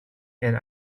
and